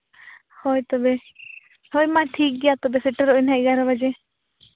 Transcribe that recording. ᱦᱳᱭ ᱛᱚᱵᱮ ᱦᱳᱭ ᱢᱟ ᱴᱷᱤᱠ ᱜᱮᱭᱟ ᱛᱚᱵᱮ ᱥᱮᱴᱮᱨᱚᱜ ᱟᱹᱧ ᱦᱟᱸᱜ ᱮᱜᱟᱨᱳ ᱵᱟᱡᱮ